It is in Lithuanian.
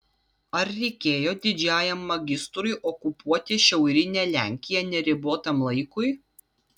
ar reikėjo didžiajam magistrui okupuoti šiaurinę lenkiją neribotam laikui